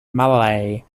malay